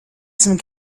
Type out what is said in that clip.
some